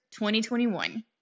2021